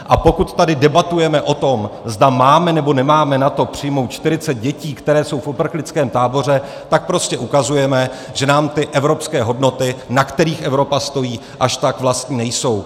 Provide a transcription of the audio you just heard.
A pokud tady debatujeme o tom, zda máme, nebo nemáme na to, přijmout 40 dětí, které jsou v uprchlickém táboře, tak prostě ukazujeme, že nám evropské hodnoty, na kterých Evropa stojí, až tak vlastní nejsou.